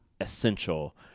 essential